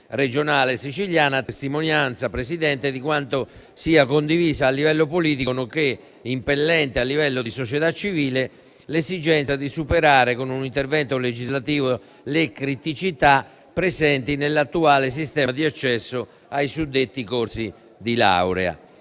regionale siciliana, a testimonianza, Presidente, di quanto sia condivisa a livello politico, nonché impellente a livello di società civile, l'esigenza di superare con un intervento legislativo le criticità presenti nell'attuale sistema di accesso ai suddetti corsi di laurea.